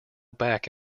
back